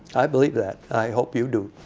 i believe that. i hope you do.